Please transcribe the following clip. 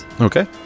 okay